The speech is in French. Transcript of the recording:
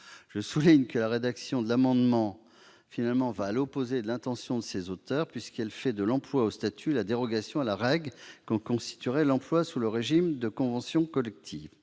dérogatoire. La rédaction de l'amendement va, en fait, à l'opposé de l'intention de ses auteurs, puisqu'elle fait du statut la dérogation à la règle que constituerait l'emploi sous le régime de la convention collective